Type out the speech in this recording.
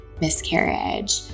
miscarriage